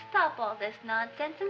stop all this nonsense